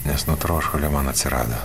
nes nuo troškulio man atsirado